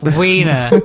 wiener